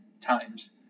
times